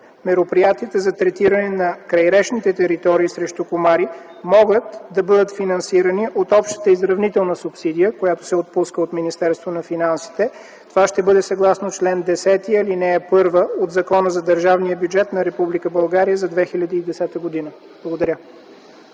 мероприятията за третиране на крайречните територии срещу комари могат да бъдат финансирани от общата изравнителна субсидия, която се отпуска от Министерството на финансите. Това ще бъде съгласно чл. 10, ал. 1 от Закона за държавния бюджет на Република България за 2010 г. Благодаря.